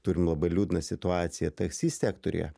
turim labai liūdną situaciją taksi sektoriuje